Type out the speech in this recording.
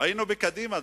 אנחנו אחריך,